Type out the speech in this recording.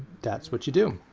that's what you do.